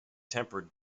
tempered